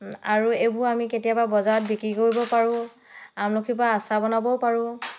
আৰু এইবোৰ আমি কেতিয়াবা বজাৰত বিক্ৰী কৰিব পাৰোঁ আমলখিৰ পৰা আচাৰ বনাবও পাৰোঁ